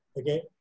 okay